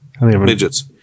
Midgets